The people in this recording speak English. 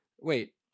wait